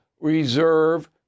reserve